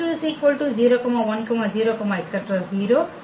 0 en 00 1